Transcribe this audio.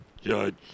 Judge